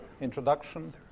introduction